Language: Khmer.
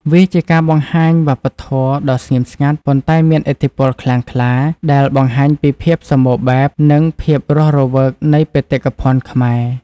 វាជាការបង្ហាញវប្បធម៌ដ៏ស្ងៀមស្ងាត់ ប៉ុន្តែមានឥទ្ធិពលខ្លាំងក្លា ដែលបង្ហាញពីភាពសម្បូរបែប និងភាពរស់រវើកនៃបេតិកភណ្ឌខ្មែរ។